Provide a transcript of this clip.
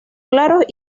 claros